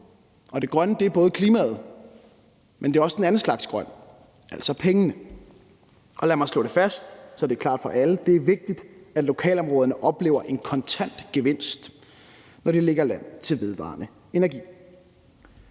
og det grønne er både klimaet, men det er også en anden slags grønt, altså penge. Og lad mig slå det fast, så det er klart for alle: Det er vigtigt, at lokalområderne oplever en kontant gevinst, når de lægger land til vedvarende energi.